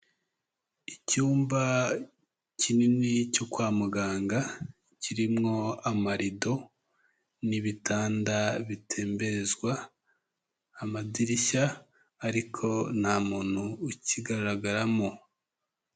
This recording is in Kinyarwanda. Icyumba kinini cyo kwa muganga kimo amarido n'ibitanda bitemberezwa, amadirishya ariko nta muntu ukigaragaramo.